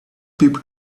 people